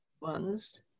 ones